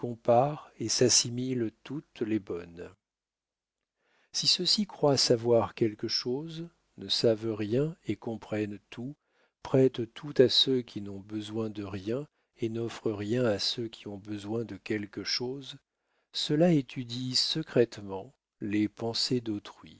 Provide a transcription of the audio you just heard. et s'assimilent toutes les bonnes si ceux-ci croient savoir quelque chose ne savent rien et comprennent tout prêtent tout à ceux qui n'ont besoin de rien et n'offrent rien à ceux qui ont besoin de quelque chose ceux-là étudient secrètement les pensées d'autrui